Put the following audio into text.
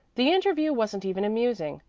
the interview wasn't even amusing.